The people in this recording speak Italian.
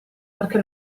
perché